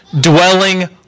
dwelling